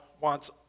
wants